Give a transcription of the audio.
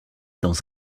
dans